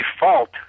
default